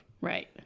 Right